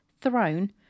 Throne